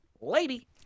lady